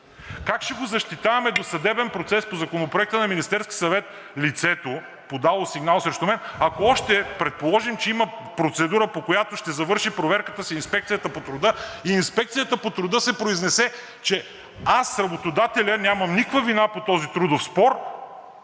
Как ще го защитаваме до съдебен процес? По Законопроекта на Министерския съвет лицето, подало сигнал срещу мен, ако още предположим, че има процедура, по която ще завърши проверката с Инспекцията по труда, и Инспекцията по труда се произнесе, че аз, работодателят, нямам никаква вина по този трудов спор,